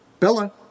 Bella